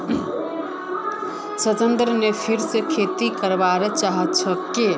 सत्येंद्र फेरो खेती करवा चाह छे की